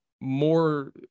more